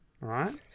right